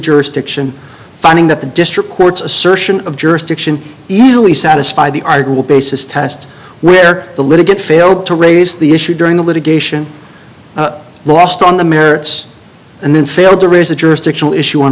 jurisdiction finding that the district court's assertion of jurisdiction easily satisfy the article basis test where the litigant failed to raise the issue during the litigation lost on the merits and then failed to raise the jurisdictional issue on